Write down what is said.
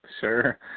Sure